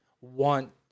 want